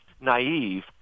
naive